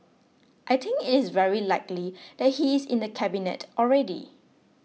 I think it is very likely that he is in the Cabinet already